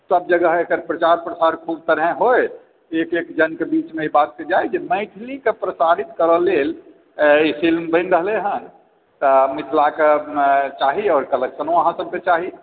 सभ जगह एकर प्रचार प्रसार खूब तरहे होय एक एक जनके बीचमे ई बात जाय मैथिलीक प्रसारित करैके लेल ई फिल्म बनि रहलै हँ तऽ मिथिलाक चाही आ कलेक्शनो अहाँ सभकेँ चाही